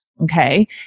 Okay